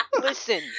listen